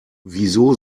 wieso